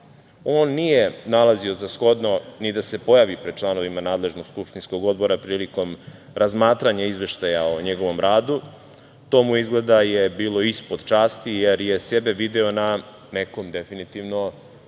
On nije nalazio za shodno ni da se pojavi pred članovima nadležnog skupštinskog odbora prilikom razmatranja izveštaj o njegovom radu, to mu je izgleda bilo ispod časti, jer je sebe video na nekom definitivno